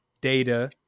data